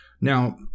now